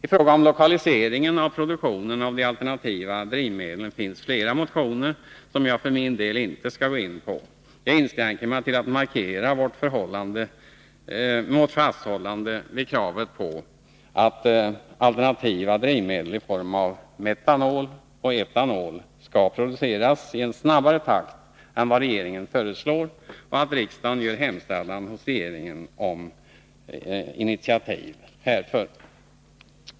I fråga om lokaliseringen av produktionen av de alternativa drivmedlen finns flera motioner, som jag för min del inte skall gå in på. Jag inskränker mig till att markera vårt fasthållande vid kravet på att alternativa drivmedeli Nr 160 form, av metanol och etanol skall produceras i en snabbare takt än vad Fredagen den regeringen föreslår och att riksdagen gör hemställan hos regeringen om 28 maj 1982 initiativ härför.